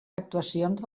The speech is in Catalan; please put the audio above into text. actuacions